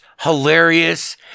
hilarious